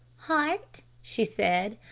hart, she said,